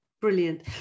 Brilliant